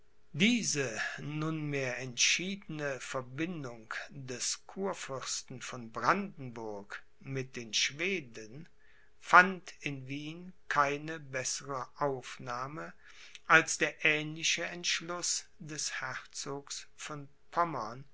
diese nunmehr entschiedene verbindung des kurfürsten von brandenburg mit den schweden fand in wien keine bessere aufnahme als der ähnliche entschluß des herzogs von pommern